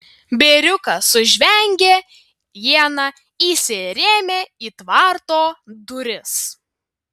bėriukas sužvengė iena įsirėmė į tvarto duris